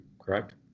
correct